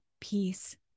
peace